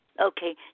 Okay